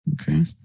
Okay